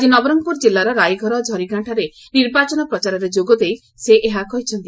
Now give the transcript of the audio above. ଆଜି ନବରଙ୍ଙପୁର ଜିଲ୍ଲାର ରାଇଘର ଝରିଗାଁଠାରେ ନିର୍ବାଚନ ପ୍ରଚାରରେ ଯୋଗ ଦେଇ ଏହା କହିଛନ୍ତି